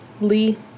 Lee